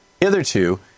Hitherto